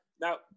Now